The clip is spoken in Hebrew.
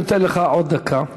אני נותן לך עוד דקה,